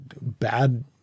bad